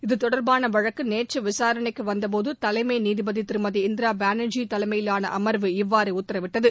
இத்தொடர்பான வழக்கு நேற்று விசாரணைக்கு வந்த போது தலைமை நீதிபதி திருமதி இந்திரா பானர்ஜி தலைமையிலான அமர்வு இவ்வாறு உத்தரவிட்டது